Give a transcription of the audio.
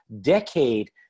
decade